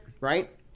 right